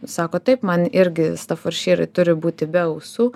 sako taip man irgi stafordšyrai turi būti be ausų